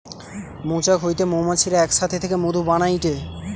মৌচাক হইতে মৌমাছিরা এক সাথে থেকে মধু বানাইটে